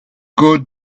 good